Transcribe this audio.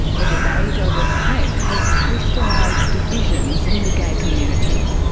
the debate over prep has crystallised divisions in the gay community.